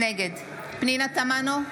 נגד פנינה תמנו,